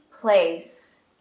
place